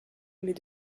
mais